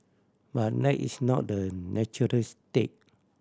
but that is not the natural state